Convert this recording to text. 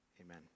Amen